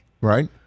Right